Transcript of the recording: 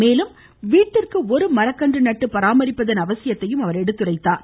மேலும் வீட்டிற்கு ஒரு மரக்கன்று நட்டு பராமரிப்பதன் அவசியத்தையும் அவர் எடுத்துரைத்தார்